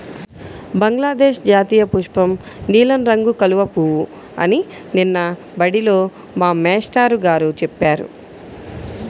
బంగ్లాదేశ్ జాతీయపుష్పం నీలం రంగు కలువ పువ్వు అని నిన్న బడిలో మా మేష్టారు గారు చెప్పారు